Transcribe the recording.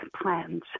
plans